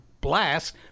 blast